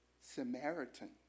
Samaritan